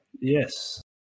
Yes